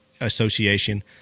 Association